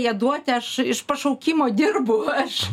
ją duoti aš iš pašaukimo dirbu aš